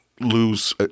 lose